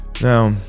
Now